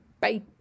Bye